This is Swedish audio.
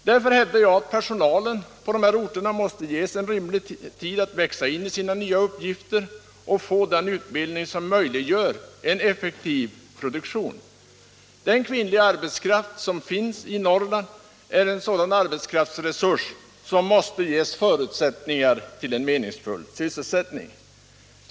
Därför hävdar jag att personalen på dessa orter måste ges en rimlig tid att växa in i sina nya uppgifter och få den utbildning som möjliggör en effektiv produktion. Den kvinnliga arbetskraften i Norrland måste ges förutsättningar till en meningsfull sysselsättning.